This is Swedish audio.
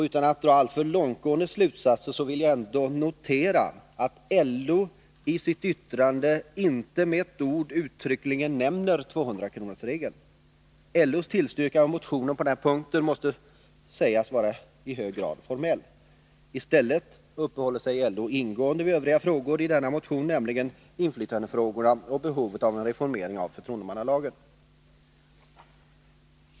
Utan att dra alltför långtgående slutsatser vill jag ändå notera att LO i yttrandet inte med ett ord uttryckligen nämner 200 kronorsregeln. LO:s tillstyrkan av motionen på denna punkt måste därmed sägas vara i hög grad formell. I stället uppehåller sig LO ingående vid övriga frågor i denna motion, nämligen inflytandefrågorna och behovet av en reformering av förtroendemannalagen.